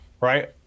right